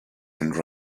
and